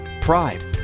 Pride